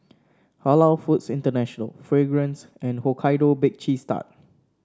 Halal Foods International Fragrance and Hokkaido Bake Cheese Tart